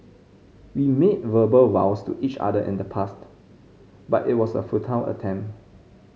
we made verbal vows to each other in the past but it was a futile attempt